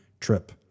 trip